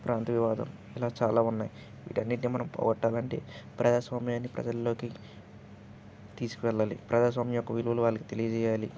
ప్రాంత వివాదం ఇలా చాలా ఉన్నాయి వీటన్నిటిని మనం పోగొట్టాలంటే ప్రజాస్వామ్యాన్ని ప్రజల్లోకి తీసుకువెళ్ళాలి ప్రజాస్వామ్యపు విలువలు వాళ్ళకి తెలియజేయాలి